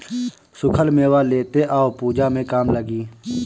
सुखल मेवा लेते आव पूजा में काम लागी